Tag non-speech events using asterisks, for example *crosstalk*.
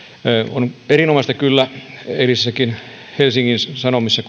on erinomaista kyllä sunnuntaisessa helsingin sanomissa *unintelligible*